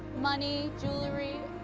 money, jewelry,